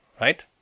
right